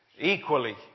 equally